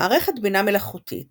מערכת בינה מלאכותית